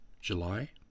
July